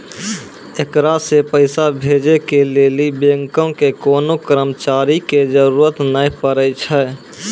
एकरा से पैसा भेजै के लेली बैंको के कोनो कर्मचारी के जरुरत नै पड़ै छै